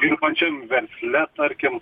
dirbančiam versle tarkim